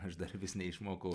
aš dar vis neišmokau